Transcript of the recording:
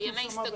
ימי הסתגלות.